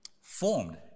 formed